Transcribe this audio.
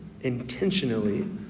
intentionally